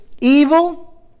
evil